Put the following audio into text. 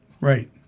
Right